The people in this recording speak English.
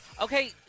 Okay